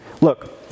Look